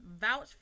vouch